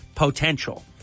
Potential